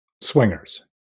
Swingers